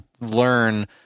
learn